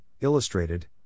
Illustrated